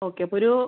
okay അപ്പോൾ ഒരു